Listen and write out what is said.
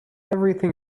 everything